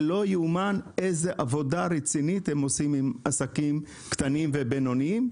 זה לא ייאמן איזו עבודה רצינית הם עושים עם עסקים קטנים ובינוניים.